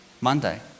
Monday